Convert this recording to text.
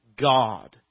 God